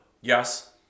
Yes